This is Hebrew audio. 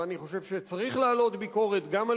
ואני חושב שצריך להעלות ביקורת גם על